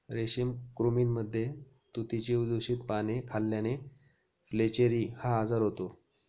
रेशमी कृमींमध्ये तुतीची दूषित पाने खाल्ल्याने फ्लेचेरी हा आजार होतो